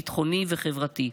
ביטחוני וחברתי.